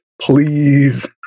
Please